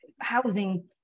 housing